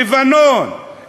לבנון,